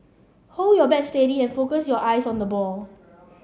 hold your bat steady and focus your eyes on the ball